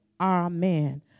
Amen